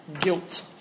guilt